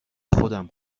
خودم